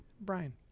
Brian